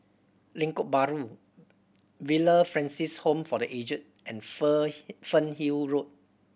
Lengkok Bahru Villa Francis Home for The Aged and Fernhill Road